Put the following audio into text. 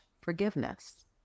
forgiveness